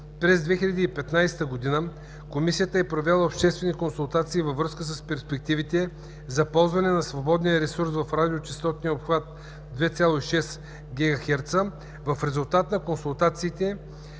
през 2015 г. Комисията е провела обществени консултации във връзка с перспективите за ползване на свободния ресурс в радиочестотен обхват 2,6 GHz. В резултат на консултациите